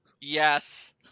yes